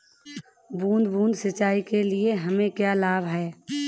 बूंद बूंद सिंचाई से हमें क्या लाभ है?